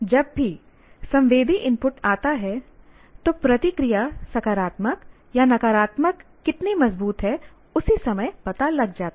जब भी संवेदी इनपुट आता है तो प्रतिक्रिया सकारात्मक या नकारात्मक कितनी मजबूत है उसी समय पता लग जाता है